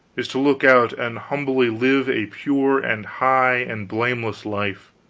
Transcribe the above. is to look out and humbly live a pure and high and blameless life,